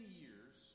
years